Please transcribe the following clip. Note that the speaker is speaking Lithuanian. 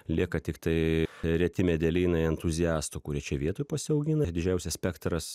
lieka tiktai reti medelynai entuziastų kurie čia vietoj pasiaugina dižiausias spektras